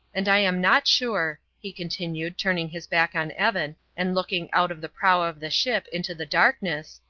and i am not sure, he continued, turning his back on evan and looking out of the prow of the ship into the darkness,